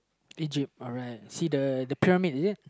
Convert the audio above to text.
Egypt alright see the the pyramid is it